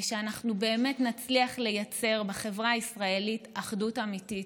ושאנחנו באמת נצליח לייצר בחברה הישראלית אחדות אמיתית,